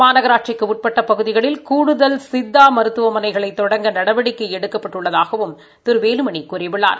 மாநகராட்சிக்கு உட்பட்ட பகுதிகளில் கூடுதல் சித்தா மருத்துவமனைகளை தொடங்க நடவடிக்கை எடுக்கப்பட்டுள்ளதாகவும் திரு வேலுமணி கூறியுள்ளார்